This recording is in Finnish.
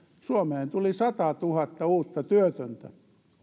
suomeen tuli satatuhatta uutta työtöntä